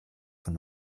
von